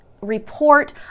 report